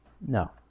No